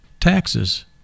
Taxes